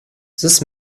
this